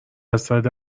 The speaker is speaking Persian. زده